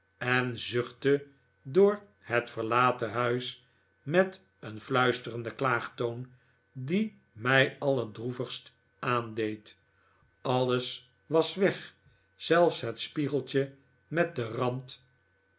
en zuchtte door het verlaten huis met een fluisterende klaagtoon die mij allerdroevigst aandeed alles was weg zelfs het spiegeltje met den rand